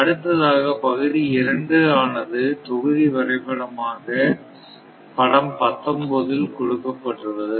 அடுத்ததாக பகுதி 2 ஆனது தொகுதி வரைபடமாக படம் 19ல் கொடுக்கப்பட்டுள்ளது